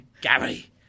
Gary